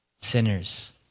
Sinners